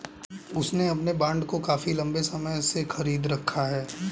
उसने अपने बॉन्ड को काफी लंबे समय से खरीद रखा है